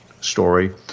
story